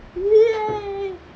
!wah!